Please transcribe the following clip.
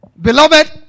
Beloved